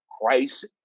Christ